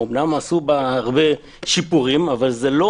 אמנם עשו בה הרבה שיפורים אבל זאת לא